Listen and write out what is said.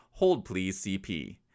HoldPleaseCP